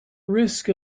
risk